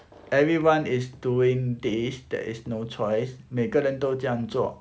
everyone is doing this there is no choice 每个人都这样做